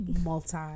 multi